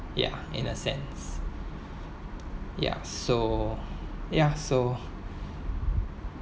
ya in the sense ya so ya so